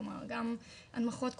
גם הנמכות קוגניטיביות,